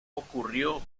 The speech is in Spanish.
ocurrió